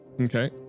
Okay